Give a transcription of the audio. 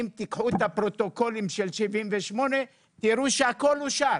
אם תיקחו את הפרוטוקולים של 1978 תיראו שהכול אושר.